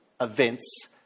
events